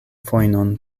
fojnon